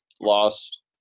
lost